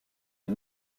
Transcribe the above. est